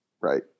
right